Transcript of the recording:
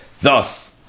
Thus